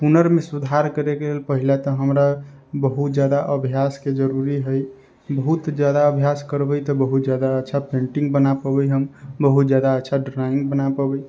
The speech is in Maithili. हुनरमे सुधार करैके लेल पहिले तऽ हमरा बहुत जादा अभ्यासके जरूरी हय बहुत जादा अभ्यास करबै तऽ बहुत जादा अच्छा पेन्टिंग बना पऽबै हम बहुत जादा अच्छा ड्रॉइंग बना पाइबे